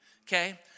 Okay